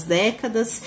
décadas